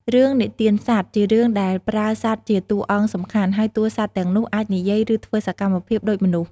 រឿងនិទានសត្វ ជារឿងដែលប្រើសត្វជាតួអង្គសំខាន់ ហើយសត្វទាំងនោះអាចនិយាយ ឬធ្វើសកម្មភាពដូចមនុស្ស ។